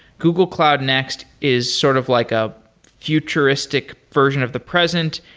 google cloud next is sort of like a futuristic version of the present.